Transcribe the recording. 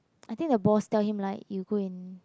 I think the boss tell him like you go and